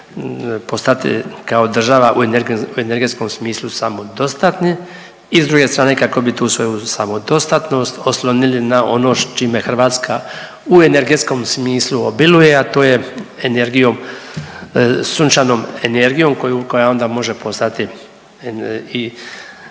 postati kao država u energetskom smislu samodostatni i s druge strane kako bi tu svoju samodostatnost oslonili na ono s čime Hrvatska u energetskom smislu obiluje, a to je energijom sunčanom energiju koja onda može postati